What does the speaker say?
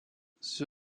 the